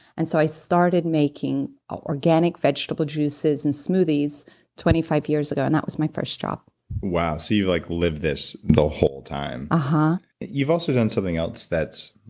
and so i started making organic vegetable juices and smoothies twenty five years ago. and that was my first job wow. so you like lived this the whole time? mm-hmm ah you've also done something else that's,